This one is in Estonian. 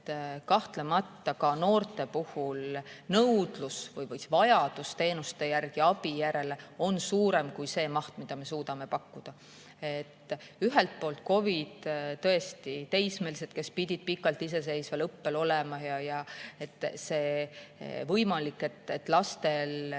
Kahtlemata ka noorte puhul nõudlus või vajadus teenuste järele, abi järele on suurem kui see maht, mida me suudame pakkuda. Ühelt poolt COVID – tõesti, teismelised pidid pikalt iseseisval õppel olema –, võimalik, et see laste